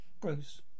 Bruce